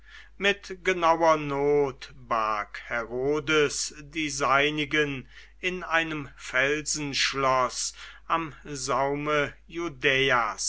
mit genauer not barg herodes die seinigen in einem felsenschloß am saume